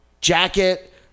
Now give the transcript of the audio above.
jacket